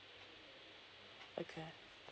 okay